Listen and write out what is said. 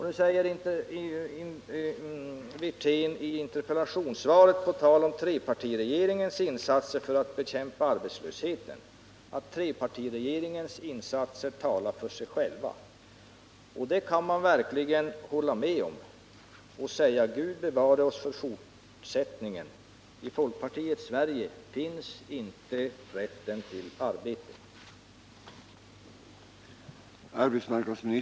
Nu säger Rolf Wirtén i interpellationssvaret, på tal om trepartiregeringens insatser för att bekämpa arbetslösheten, att trepartiregeringens insatser talar för sig själva. Ja, det kan man verkligen hålla med om, och man kan säga: Gud bevare oss för fortsättningen — i folkpartiets Sverige finns inte rätten till arbete. Herr talman!